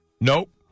Nope